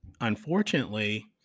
unfortunately